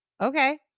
okay